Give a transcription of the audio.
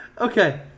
Okay